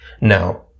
Now